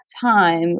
time